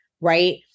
right